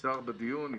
האוצר בדיון.